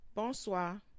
Bonsoir